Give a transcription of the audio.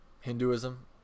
Hinduism